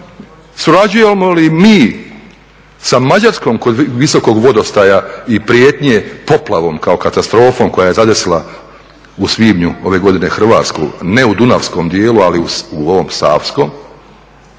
Surađujemo li mi sa Mađarskom kod visokog vodostaja i prijetnje poplavom kao katastrofom koja je zadesila u svibnju ove godine Hrvatsku, ne u dunavskom dijelu ali u ovom savskom,